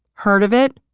heard of it?